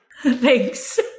Thanks